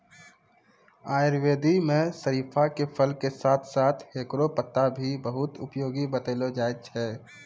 आयुर्वेद मं शरीफा के फल के साथं साथं हेकरो पत्ता भी बहुत उपयोगी बतैलो जाय छै